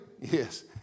Yes